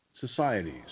societies